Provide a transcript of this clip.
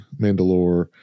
Mandalore